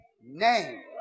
name